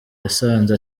yasanze